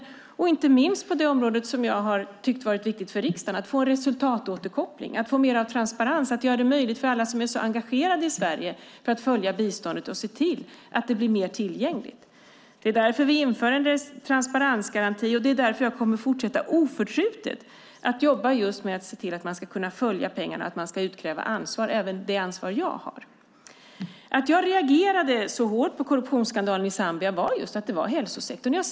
Det gäller inte minst det område som jag har tyckt varit viktigt för riksdagen, att få en resultatåterkoppling, att få mer av transparens. Det handlar om att göra det möjligt för alla som är engagerade i Sverige att följa biståndet och att se till att det blir mer tillgängligt. Det är därför vi inför en transparensgaranti, och det är därför jag oförtrutet kommer att fortsätta att jobba just med att se till att man ska kunna följa pengarna och att man ska utkräva ansvar, även det ansvar jag har. Att jag reagerade så hårt på korruptionsskandalen i Zambia berodde just på att det var i hälsosektorn.